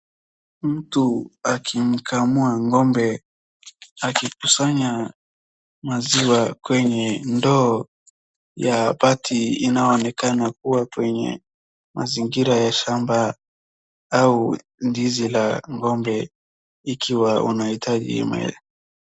Mtu akimkamua ng'ombe, akikusanya maziwa kwenye ndoo ya bati inayoonekana kuwa kwenye mazingira ya shamba au zizi la ng'ombe ikiwa unahitaji.